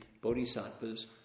Bodhisattva's